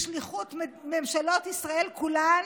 בשליחות ממשלות ישראל כולן,